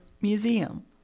museum